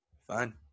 Fine